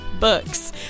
books